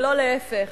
ולא להיפך.